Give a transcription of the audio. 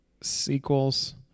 sequels